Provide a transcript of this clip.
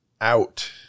out